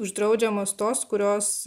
uždraudžiamos tos kurios